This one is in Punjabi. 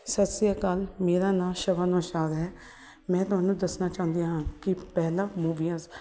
ਸਤਿ ਸ਼੍ਰੀ ਅਕਾਲ ਮੇਰਾ ਨਾਂ ਸ਼ਵਨਾਸਾਦ ਹੈ ਮੈਂ ਤੁਹਾਨੂੰ ਦੱਸਣਾ ਚਾਹੁੰਦੀ ਹਾਂ ਕਿ ਪਹਿਲਾਂ ਮੂਵੀਆਂ